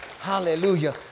Hallelujah